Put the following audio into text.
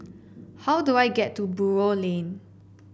how do I get to Buroh Lane